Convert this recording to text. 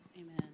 Amen